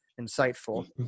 insightful